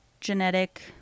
genetic